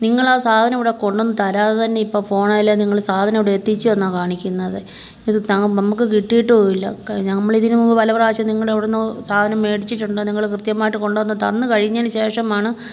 നിങ്ങളാ സാധനം ഇവിടെ കൊണ്ടന്ന് തരാതെ തന്നെ ഇപ്പം ഫോണേൽ നിങ്ങൾ സാധനം ഇവിടെ എത്തിച്ചെന്നാണ് കാണിക്കുന്നത് ഇത് നമുക്ക് കിട്ടിയിട്ടും ഇല്ല ഞമ്മളിതിന് മുൻപ് പല പ്രാവശ്യോം നിങ്ങളിവിടുന്ന് സാധനം മേടിച്ചിട്ടുണ്ട് നിങ്ങൾ കൃത്യമായിട്ട് കൊണ്ട് വന്ന് തന്ന് കഴിഞ്ഞതിന് ശേഷമാണ്